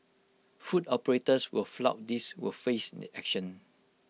food operators who flout this will face action